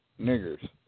Niggers